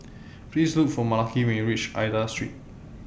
Please Look For Malaki when YOU REACH Aida Street